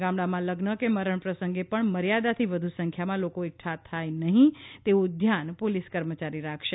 ગામડામાં લઝ્ન કે મરણ પ્રસંગે પણ મર્યાદાથી વધુ સંખ્યામાં લોકો એકઠા થાય નહીં તેવું ધ્યાન પોલીસ કર્મચારી રાખશે